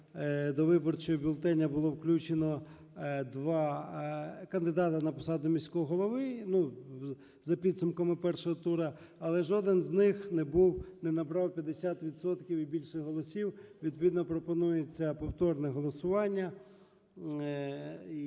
до виборчого бюлетеня було включено два кандидата на посаду міського голови, за підсумками першого туру, але жоден з них не набрав 50 відсотків і більше голосів, відповідно пропонується повторне голосування.